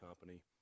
company